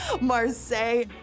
Marseille